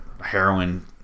heroin